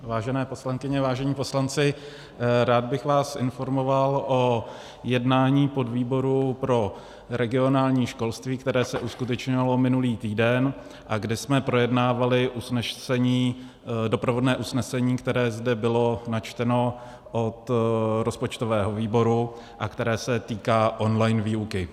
Vážené poslankyně, vážení poslanci, rád bych vás informoval o jednání podvýboru pro regionální školství, které se uskutečnilo minulý týden a kde jsme projednávali usnesení, doprovodné usnesení, které zde bylo načteno od rozpočtového výboru a které se týká online výuky.